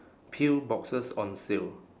pill boxes on sale